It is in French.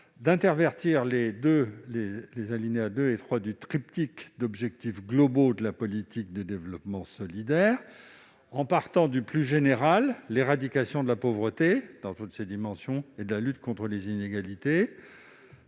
d'intervertir les alinéas 2 et 3 du triptyque des objectifs globaux de la politique de développement solidaire. On partirait du plus général, à savoir l'éradication de la pauvreté dans toutes ses dimensions et la lutte contre les inégalités,